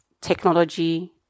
technology